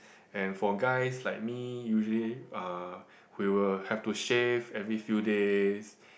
and for guys like me usually uh we will have to shave every few days